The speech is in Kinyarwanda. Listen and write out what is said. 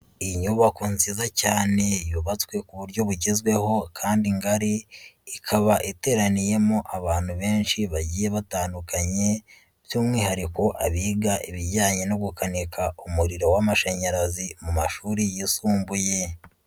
Inyubako nziza cyane yubatswe ku buryo bugezweho kandi ngari, ikaba iteraniyemo abantu benshi bagiye batandukanye by'umwihariko abiga ibijyanye no gukanika umuriro w'amashanyarazi mu mashuri yisumbuye.